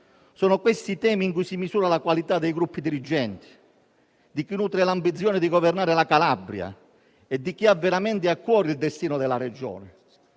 Sono questi i temi in cui si misura la qualità dei gruppi dirigenti, di chi nutre l'ambizione di governare la Calabria e di chi ha veramente a cuore il destino della Regione.